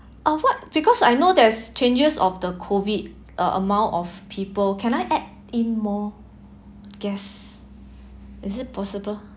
of what because I know there's changes of the COVID uh amount of people can I add in more guests is it possible